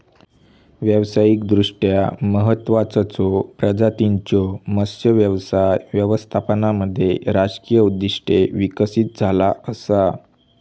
व्यावसायिकदृष्ट्या महत्त्वाचचो प्रजातींच्यो मत्स्य व्यवसाय व्यवस्थापनामध्ये राजकीय उद्दिष्टे विकसित झाला असा